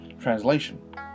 translation